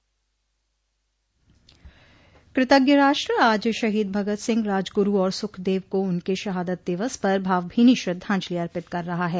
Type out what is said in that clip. कृतज्ञ राष्ट्र आज शहीद भगत सिंह राजगुरू और सुखदेव को उनके शहादत दिवस पर भावभीनी श्रद्धांजलि अर्पित कर रहा है